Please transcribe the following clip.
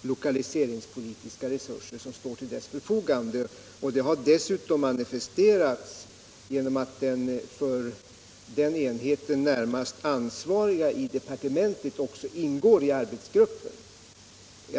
och lokaliseringspolitiska resurser. 10 december 1976 Detta har dessutom manifesterats genom att den för den enheten närmast LL ansvariga i departementet också ingår i arbetsgruppen.